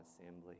assembly